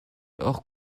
hors